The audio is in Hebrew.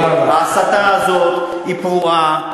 ההסתה הזאת היא פרועה,